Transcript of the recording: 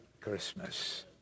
Christmas